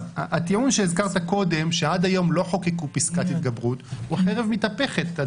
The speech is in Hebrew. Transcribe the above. הטיעון שעד היום לא חוקקו פסקת התגברות הוא חרב מתהפכת.